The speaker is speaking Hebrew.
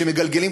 שמגלגלים,